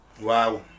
Wow